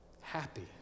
Happy